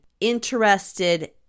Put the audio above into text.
interested